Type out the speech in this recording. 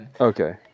okay